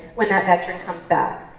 when that veteran comes back.